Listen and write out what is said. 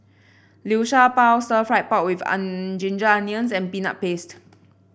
Liu Sha Bao stir fry pork with Ginger Onions and Peanut Paste